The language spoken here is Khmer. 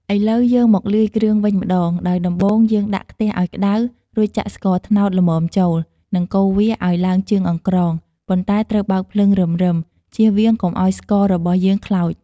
ឥឡូវ យើងមកលាយគ្រឿងវិញម្ដង ដោយដំបូងយើងដាក់ខ្ទះឱ្យក្ដៅ រួចចាក់ស្ករត្នោតល្មមចូល និងកូរវាឱ្យឡើងជើងអង្ក្រង ប៉ុន្តែត្រូវបើកភ្លើងរឹមៗ ជៀសវាងកុំឱ្យស្កររបស់យើងខ្លោច។